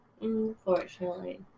Unfortunately